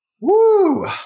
woo